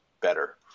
better